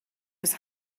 was